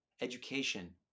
education